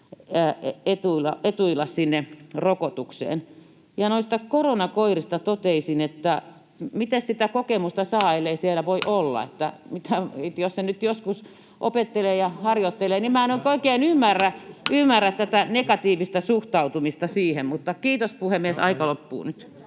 etuilla rokotukseen. Ja noista koronakoirista toteaisin, että mites sitä kokemusta saa, ellei siellä voi olla, eli jos se nyt joskus opettelee ja harjoittelee, niin minä en nyt oikein ymmärrä tätä negatiivista suhtautumista siihen. — Kiitos, puhemies, aika loppuu nyt.